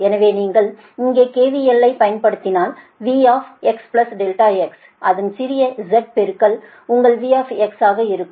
எனவே நீங்கள் இங்கே KVL ஐப் பயன்படுத்தினால் V x ∆x அதன் சிறிய Z பெருக்கல் உங்கள் V ஆக இருக்கும்